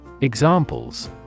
Examples